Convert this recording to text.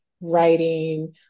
writing